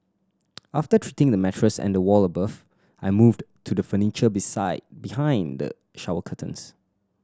after treating the mattress and the wall above I moved to the furniture beside behind the shower curtains